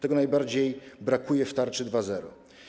Tego najbardziej brakuje w ramach tarczy 2.0.